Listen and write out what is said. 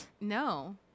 no